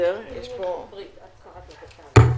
הישיבה ננעלה בשעה